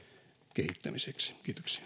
kehittämiseksi